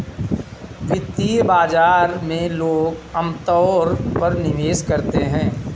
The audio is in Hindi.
वित्तीय बाजार में लोग अमतौर पर निवेश करते हैं